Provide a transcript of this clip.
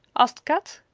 asked kat.